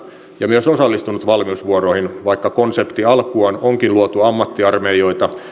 ja myös osallistunut valmiusvuoroihin vaikka konsepti alkujaan onkin luotu ammattiarmeijoita